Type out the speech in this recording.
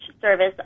service